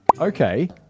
Okay